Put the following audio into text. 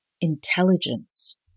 Intelligence